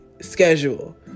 schedule